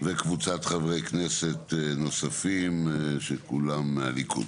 וקבוצת חברי כנסת נוספים שכולם מהליכוד.